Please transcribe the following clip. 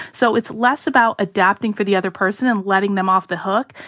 so it's less about adapting for the other person and letting them off the hook,